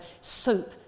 soap